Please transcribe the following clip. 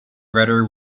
rudder